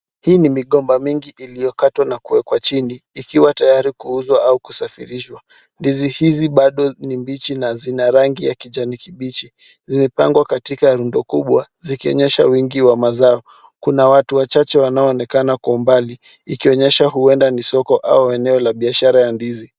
Hii ni migomba mingi iliyokatwa na kuwekwa chini, ikiwa tayari kuuzwa au kusafirishwa, ndizi hizi hizi bado ni mbichi na zina rangi ya kijani kibichi zimepangwa katika ndo kubwa, zikionyesha wingi wa mazao kuna watu wachache wanao onekana kwa umbali ikionyesha huenda ni soko au eneo la biashara la ndizi.